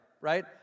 Right